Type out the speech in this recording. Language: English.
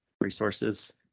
resources